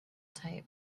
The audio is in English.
type